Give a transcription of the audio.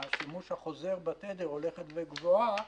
השימוש החוזר בתדר הולכת וגבוהה,